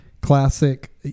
classic